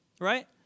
right